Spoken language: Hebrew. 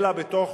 אלא בתוך